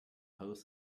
post